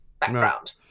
background